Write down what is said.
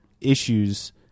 issues